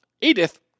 Edith